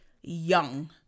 young